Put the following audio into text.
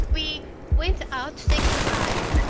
we went out to take a ride,